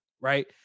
right